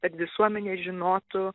kad visuomenė žinotų